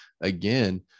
again